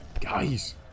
Guys